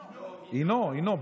הינו, הינו.